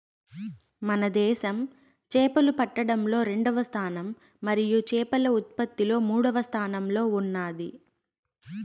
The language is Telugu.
మన దేశం చేపలు పట్టడంలో రెండవ స్థానం మరియు చేపల ఉత్పత్తిలో మూడవ స్థానంలో ఉన్నాది